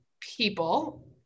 people